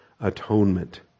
atonement